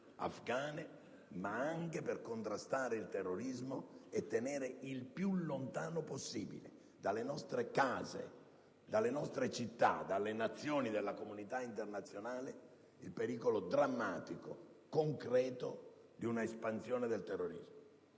ma anche per contrastare il terrorismo e per tenere il più lontano possibile dalle nostre case, dalle nostre città e dalle Nazioni della comunità internazionale il pericolo drammatico e concreto di un'espansione del terrorismo.